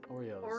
Oreos